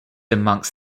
amongst